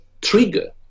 trigger